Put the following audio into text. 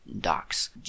docs